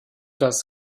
das